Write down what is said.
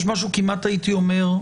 יש משהו כמעט מוזר, הייתי אומר,